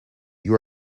you